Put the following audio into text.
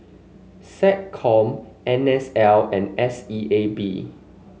SecCom N S L and S E A B